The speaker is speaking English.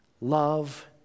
Love